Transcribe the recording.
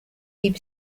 deep